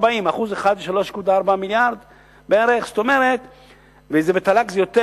340. 340. 1% זה 3.4 מיליארדים בערך.